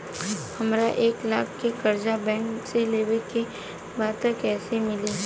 हमरा एक लाख के कर्जा बैंक से लेवे के बा त कईसे मिली?